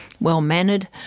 well-mannered